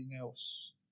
else